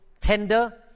tender